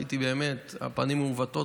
ראיתי באמת שהפנים מעוותות,